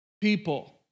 people